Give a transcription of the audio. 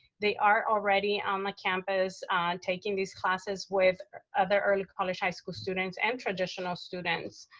they are already on the campus taking these classes with other early college high school students, and traditional students,